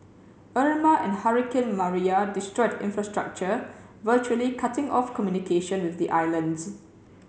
Irma and hurricane Maria destroyed infrastructure virtually cutting off communication with the islands